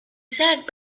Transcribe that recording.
exact